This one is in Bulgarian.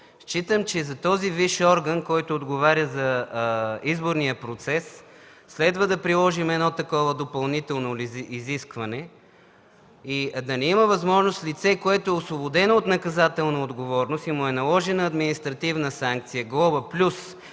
Считам, че за този висш орган, който отговаря за изборния процес, следва да приложим едно такова допълнително изискване и да няма възможност лице, което е освободено от наказателна отговорност и му е наложена административна санкция и глоба плюс